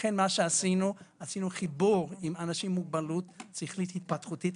לכן עשינו חיבור עם אנשים עם מוגבלות שכלית התפתחותית,